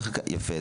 יפה,